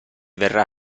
verrà